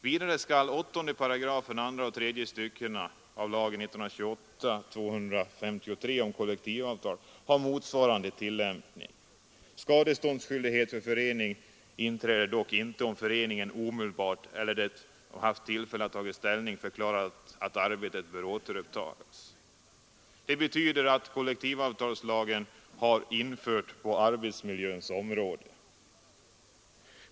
Vidare skall 8 § andra och tredje styckena lagen om kollektivavtal ha motsvarande tillämpning. Skadeståndskyldighet för förening inträder dock icke om föreningen omedelbart efter det att den haft tillfälle att taga ställning förklarar att arbetet bör återupptagas.” Det betyder att kollektivavtalslagen har införts på arbetsmiljöns område.